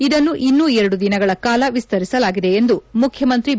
ಇದನ್ನು ಇನ್ನೂ ಎರಡು ದಿನಗಳ ಕಾಲ ವಿಸ್ತರಿಸಲಾಗಿದೆ ಎಂದು ಮುಖ್ಚಮಂತ್ರಿ ಬಿ